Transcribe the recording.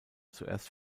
zuerst